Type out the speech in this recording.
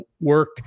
work